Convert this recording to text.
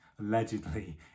Allegedly